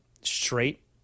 straight